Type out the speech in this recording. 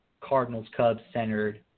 Cardinals-Cubs-centered